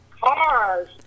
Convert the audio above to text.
cars